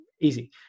easy